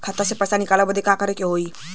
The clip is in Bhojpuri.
खाता से पैसा निकाले बदे का करे के होई?